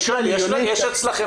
יש לכם